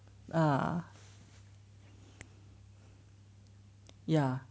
err ya